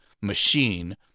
machine